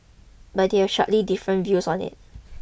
but they have sharply different views on it